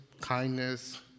kindness